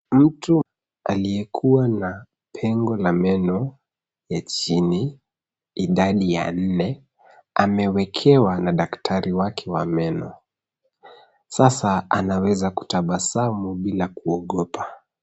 Mtu aliyekua na pengo la meno ya chini idadi ya nne amewekewa na daktari wake wa meno, sasa anaweza kutabasamu bila kuogopa.